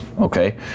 Okay